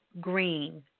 green